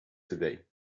today